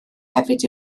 hefyd